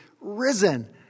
risen